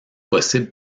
possible